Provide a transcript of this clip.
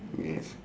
yes